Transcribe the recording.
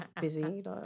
Busy